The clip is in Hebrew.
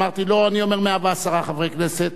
אמרתי: לא, אני אומר 110 חברי כנסת.